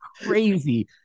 crazy